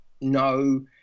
no